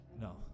No